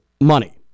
money